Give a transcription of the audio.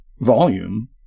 volume